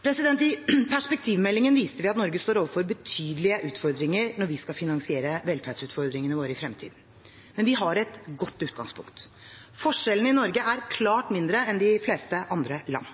I perspektivmeldingen viste vi at Norge står overfor betydelige utfordringer når vi skal finansiere velferdsordningene våre i fremtiden. Men vi har et godt utgangspunkt. Forskjellene i Norge er klart mindre enn i de fleste andre land.